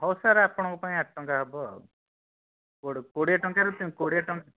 ହଉ ସାର୍ ଆପଣଙ୍କ ପାଇଁ ଆଠ ଟଙ୍କା ହେବ ଆଉ କୋଡ଼ିଏ ଟଙ୍କାରେ କୋଡ଼ିଏ ଟଙ୍କା